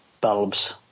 bulbs